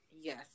Yes